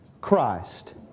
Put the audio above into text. Christ